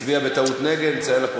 התשע"ד 2014, נתקבלה.